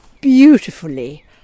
beautifully